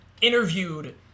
interviewed